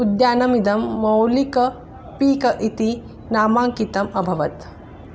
उद्यानमिदं मौलिक पीक इति नामाङ्कितम् अभवत्